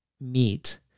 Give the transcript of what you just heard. meet